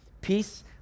peace